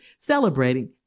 celebrating